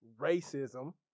racism